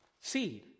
seed